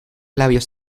labios